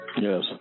Yes